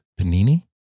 panini